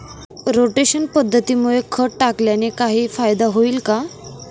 Rotation पद्धतीमुळे खत टाकल्याने काही फायदा होईल का?